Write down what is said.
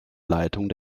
leitung